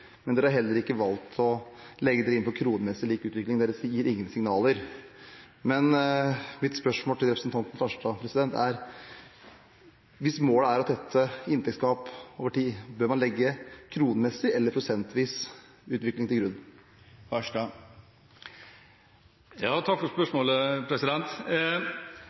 men de har heller ikke valgt å være med på det som går på kronemessig lik utvikling. De gir ingen signaler. Mitt spørsmål til representanten Farstad er: Hvis målet er å tette inntektsgap over tid, bør man da legge kronemessig eller prosentvis utvikling til grunn? Jeg velger på spørsmålet